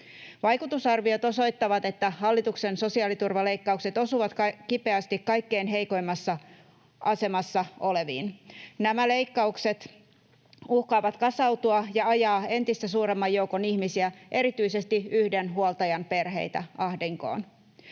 Vaikutusarviot osoittavat, että hallituksen sosiaaliturvaleikkaukset osuvat kipeästi kaikkein heikoimmassa asemassa oleviin. Nämä leikkaukset uhkaavat kasautua ja ajaa entistä suuremman joukon ihmisiä, erityisesti yhden huoltajan perheitä, ahdinkoon.